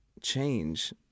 change